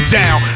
down